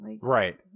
Right